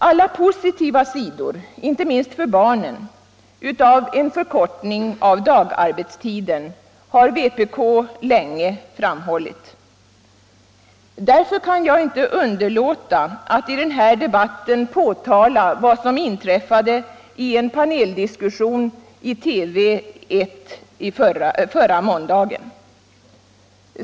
Alla positiva sidor — inte minst för barnen — av en förkortning av dagarbetstiden har vpk länge framhållit. Därför kan jag inte underlåta att i den här debatten påtala vad som inträffade i en paneldiskussion i TV 1 förra måndagen.